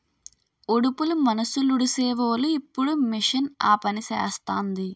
ఉడుపులు మనుసులుడీసీవోలు ఇప్పుడు మిషన్ ఆపనిసేస్తాంది